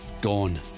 gone